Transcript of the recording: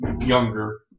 younger